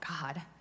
God